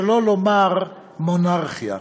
שלא לומר מונרכיה.